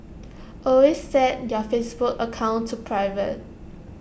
always set your Facebook account to private